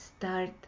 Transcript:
start